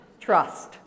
Trust